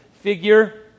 figure